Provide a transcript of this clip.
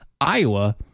Iowa